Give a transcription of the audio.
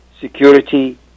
Security